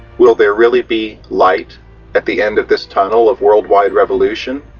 will there really be light at the end of this tunnel of worldwide revolution,